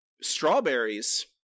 Strawberries